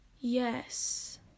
Yes